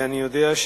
אני יודע,